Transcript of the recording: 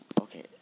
Okay